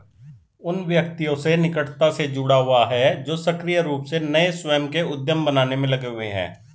उन व्यक्तियों से निकटता से जुड़ा हुआ है जो सक्रिय रूप से नए स्वयं के उद्यम बनाने में लगे हुए हैं